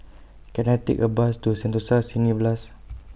Can I Take A Bus to Sentosa Cineblast